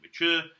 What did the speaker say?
mature